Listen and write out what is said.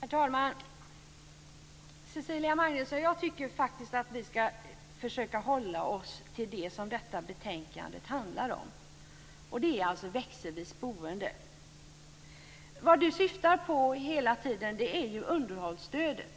Herr talman! Cecilia Magnusson, jag tycker faktiskt att vi ska försöka hålla oss till det som betänkandet handlar om, nämligen växelvis boende. Vad hon hela tiden syftar på är ju underhållsstödet.